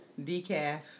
decaf